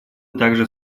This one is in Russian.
также